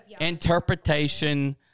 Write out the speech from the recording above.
interpretation